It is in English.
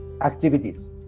activities